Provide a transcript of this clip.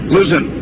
Listen